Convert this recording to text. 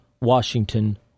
Washington